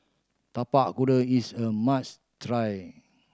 Tapak Kuda is a must try